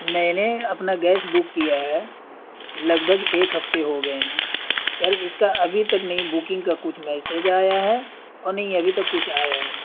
میں نے اپنا گیس بک کیا ہے لگ بھگ ایک ہفتے ہو گئے ہیں یار اس کا ابھی تک نہیں بکنگ کا کچھ میسج آیا ہے اور نہیں ابھی تک کچھ آیا ہے